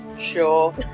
Sure